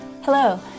Hello